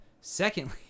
secondly